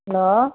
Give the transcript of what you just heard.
hello